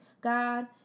God